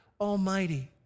Almighty